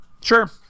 Sure